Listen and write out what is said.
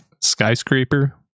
Skyscraper